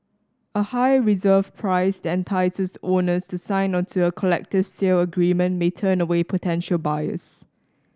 a high reserve price that entices owners to sign onto a collective sale agreement may turn away potential buyers